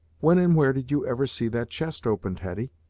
when and where did you ever see that chest opened, hetty?